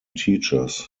teachers